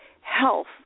health